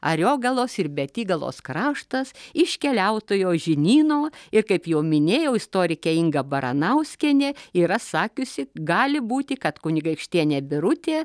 ariogalos ir betygalos kraštas iš keliautojo žinyno ir kaip jau minėjau istorikė inga baranauskienė yra sakiusi gali būti kad kunigaikštienė birutė